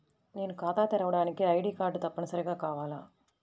నేను ఖాతా తెరవడానికి ఐ.డీ కార్డు తప్పనిసారిగా కావాలా?